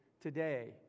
today